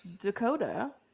Dakota